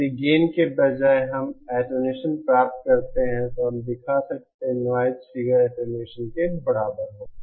यदि गेन के बजाय हम एटेन्यूएसन प्राप्त करते हैं तो हम दिखा सकते हैं कि नॉइज़ फिगर एटेन्यूएसन के बराबर होगा